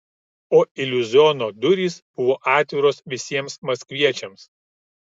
o iliuziono durys buvo atviros visiems maskviečiams